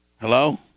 Hello